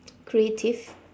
creative